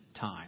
time